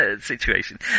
situation